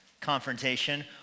confrontation